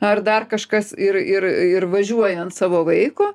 ar dar kažkas ir ir ir važiuoja ant savo vaiko